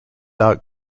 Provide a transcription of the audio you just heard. out